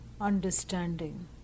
understanding